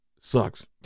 sucks